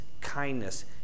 kindness